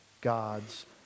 God's